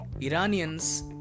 Iranians